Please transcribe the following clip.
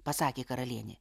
pasakė karalienė